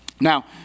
Now